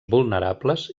vulnerables